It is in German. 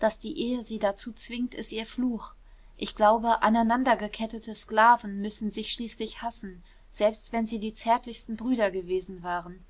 daß die ehe sie dazu zwingt ist ihr fluch ich glaube aneinandergekettete sklaven müssen sich schließlich hassen selbst wenn sie die zärtlichsten brüder gewesen waren